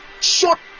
short